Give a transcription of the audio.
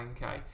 10k